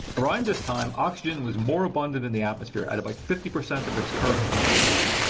around this time oxygen was more abundant in the atmosphere at about fifty percent of its current concentration.